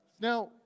now